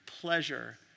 pleasure